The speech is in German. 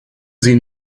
sie